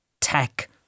tech